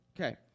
Okay